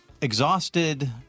exhausted